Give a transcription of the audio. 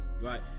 right